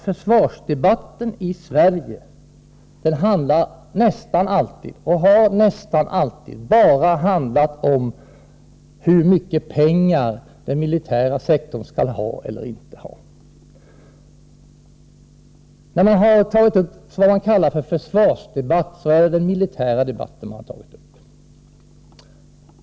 Försvarsdebatten i Sverige handlar nästan alltid och har nästan alltid bara handlat om hur mycket pengar den militära sektorn skall ha eller inte ha. När man har fört en vad man kallar för försvarsdebatt har det varit den militära sidan man tagit upp.